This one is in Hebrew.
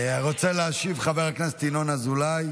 רוצה להשיב חבר הכנסת ינון אזולאי.